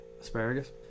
Asparagus